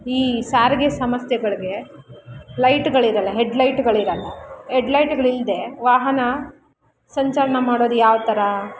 ಈ ಸಾರಿಗೆ ಸಮಸ್ಯೆಗಳಿಗೆ ಲೈಟ್ಗಳಿರಲ್ಲ ಹೆಡ್ಲೈಟ್ಗಳಿರಲ್ಲ ಹೆಡ್ಲೈಟ್ಗಳಿಲ್ಲದೆ ವಾಹನ ಸಂಚಲನ ಮಾಡೋದು ಯಾವ ಥರ